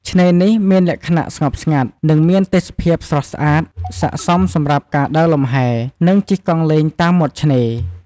ឆ្នេរនេះ មានលក្ខណៈស្ងប់ស្ងាត់ និងមានទេសភាពស្រស់ស្អាត ស័ក្តិសមសម្រាប់ការដើរលំហែ និងជិះកង់លេងតាមមាត់ឆ្នេរ។